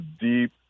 deep